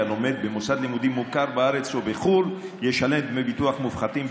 הלומד במוסד לימודים מוכר בארץ או בחו"ל ישלם דמי ביטוח מופחתים,